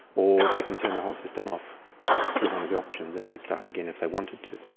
or they can turn the whole system off through one of the options and then start again if they wanted to.